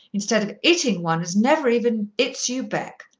instead of hitting one as never even hits you back.